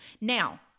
Now